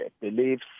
beliefs